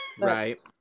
Right